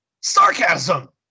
Sarcasm